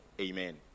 Amen